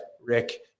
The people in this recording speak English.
rick